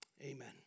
Amen